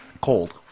Cold